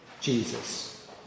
Jesus